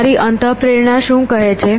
તમારી અંતઃપ્રેરણા શું કહે છે